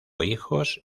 hijos